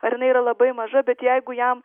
ar jinai yra labai maža bet jeigu jam